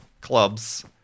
clubs